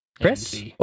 Chris